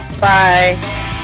Bye